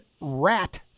rat